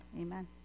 Amen